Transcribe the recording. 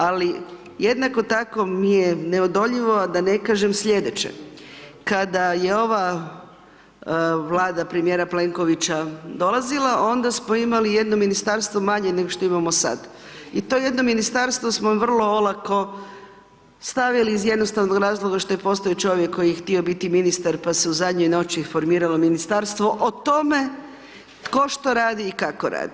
Ali, jednako tako mi je neodoljivo da ne kažem sljedeće, kada je ova vlada premijera Plenkovića dolazila, onda smo imali jedno ministarstvo manje nego što imamo sada i to je jedno ministarstvo smo vrlo onako stavili iz jednostavnog razloga što je postoji čovjek koji je htio biti ministar, pa se u zadnjoj noći formiralo ministarstvo, o tome tko što radi i kako radi.